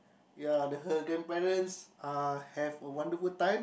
ya then her grandparents uh have a wonderful time